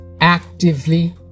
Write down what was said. actively